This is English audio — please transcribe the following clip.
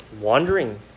wandering